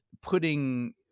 putting